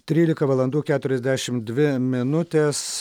trylika valandų keturiasdešim dvi minutės